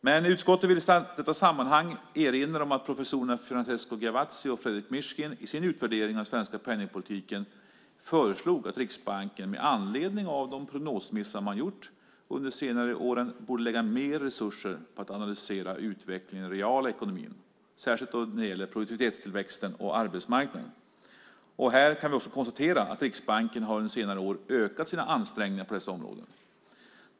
Men utskottet vill i sammanhanget erinra om att professorerna Francesco Giavazzi och Frederic Mishkin i sin utvärdering av den svenska penningpolitiken föreslog att Riksbanken med anledning av de prognosmissar man gjort under de senare åren borde lägga mer resurser på att analysera utvecklingen i realekonomin, särskilt när det gäller produktivitetstillväxten och arbetsmarknaden. Här kan vi konstatera att Riksbanken under senare år ökat sina ansträngningar på dessa områden.